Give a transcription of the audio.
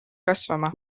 kasvama